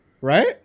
right